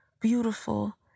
beautiful